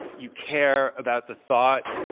you care about the thought,